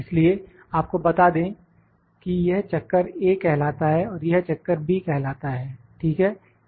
इसलिए आपको बता दें कि यह चक्कर A कहलाता है और यह चक्कर B कहलाता है ठीक है